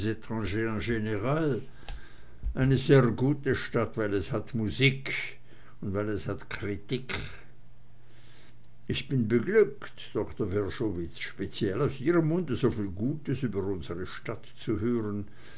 eine serr gutte stadt weil es hat musikk und weil es hat krittikk ich bin beglückt doktor wrschowitz speziell aus ihrem munde soviel gutes über unsre stadt zu hören